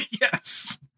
Yes